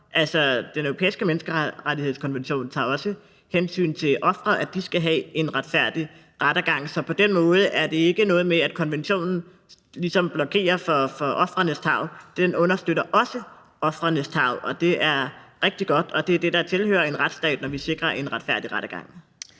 Den Europæiske Menneskerettighedskonvention tager også hensyn til ofrene, og at de skal have en retfærdig rettergang, så på den måde er det ikke noget med, at konventionen ligesom blokerer for ofrenes tarv. Den understøtter også ofrenes tarv, og det er rigtig godt, og det er det, der hører til en retsstat, altså at vi sikrer en retfærdig rettergang.